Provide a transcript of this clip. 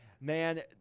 Man